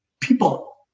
People